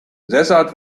desert